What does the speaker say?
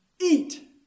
Eat